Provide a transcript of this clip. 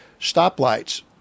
stoplights